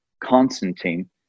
Constantine